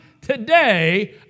today